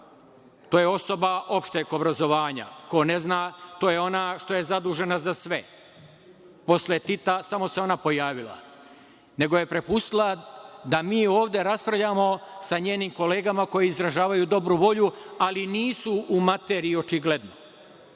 To je osoba opšteg obrazovanja. Ko ne zna, to je ona što je zadužena za sve. Posle Tita samo se ona pojavila. Nego je prepustila da mi ovde raspravljamo sa njenim kolegama koji izražavaju dobru volju, ali nisu u materiji očigledno. Ovde